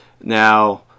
Now